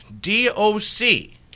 D-O-C